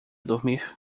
dormir